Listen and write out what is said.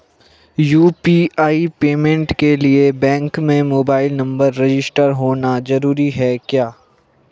UPI payment के लिए bank में मोबाइल नंबर रजिस्टर्ड होना जरूरी है क्या?